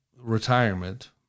retirement